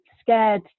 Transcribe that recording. scared